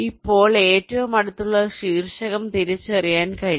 അപ്പോൾ ഏറ്റവും അടുത്തുള്ള ശീർഷകം തിരിച്ചറിയാൻ കഴിയും